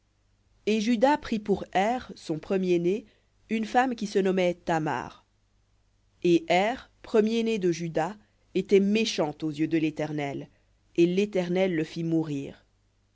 et juda prit pour er son premier-né une femme qui se nommait tamar et er premier-né de juda était méchant aux yeux de l'éternel et l'éternel le fit mourir